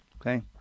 Okay